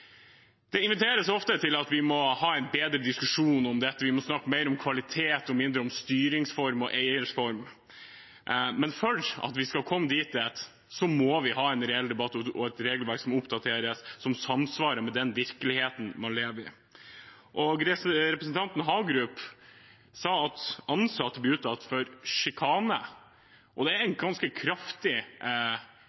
Det inviteres ofte til å ha en bedre diskusjon om dette og til å snakke mer om kvalitet og mindre om styringsform og eierform. Men for å komme dit må vi ha en reell debatt og et regelverk som oppdateres, og som er i samsvar med den virkeligheten man lever i. Representanten Hagerup sa at ansatte blir utsatt for sjikane. Det er en